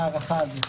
נכון.